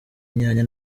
inyanya